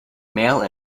male